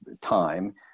time